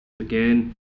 again